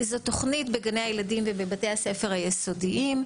זו תוכנית בגני הילדים ובבתי הספר היסודיים.